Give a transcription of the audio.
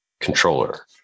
controller